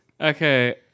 Okay